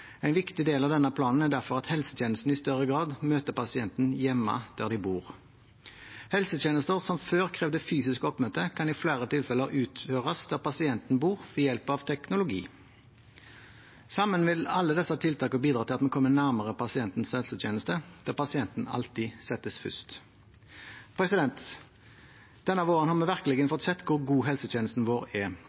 En viktig del av denne planen er derfor at helsetjenesten i større grad møter pasientene hjemme, der de bor. Helsetjenester som før krevde fysisk oppmøte, kan i flere tilfeller utføres der pasienten bor, ved hjelp av teknologi. Sammen vil alle disse tiltakene bidra til at vi kommer nærmere pasientens helsetjeneste, der pasienten alltid settes først. Denne våren har vi virkelig fått se hvor god helsetjenesten vår er.